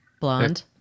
Blonde